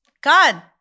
God